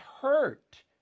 hurt